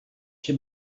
c’è